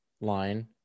line